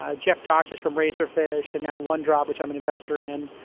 ah jeff dodgiest from razorfish and now, one drop, which i'm an investor in,